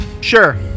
sure